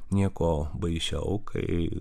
nieko baisiau kai